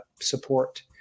support